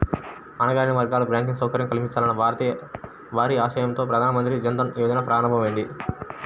అణగారిన వర్గాలకు బ్యాంకింగ్ సౌకర్యం కల్పించాలన్న భారీ ఆశయంతో ప్రధాన మంత్రి జన్ ధన్ యోజన ప్రారంభమైంది